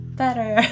better